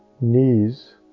knees